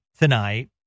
tonight